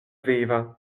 viva